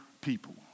people